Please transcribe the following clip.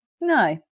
no